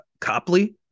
Copley